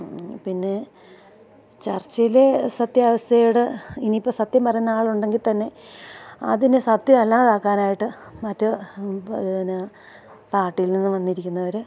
പിന്നെ ചർച്ചയിലെ സത്യാവസ്ഥയോട് ഇനിയിപ്പം സത്യം പറയുന്നയാളുണ്ടെങ്കില്ത്തന്നെ അതിനെ സത്യമല്ലാതാക്കാനായിട്ട് മറ്റ് പിന്നെ പാർട്ടിയില് നിന്നു വന്നിരിക്കുന്നവര്